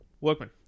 Workman